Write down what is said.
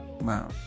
Wow